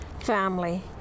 family